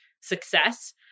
success